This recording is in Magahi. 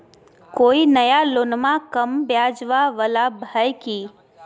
कोइ नया लोनमा कम ब्याजवा वाला हय की?